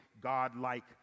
godlike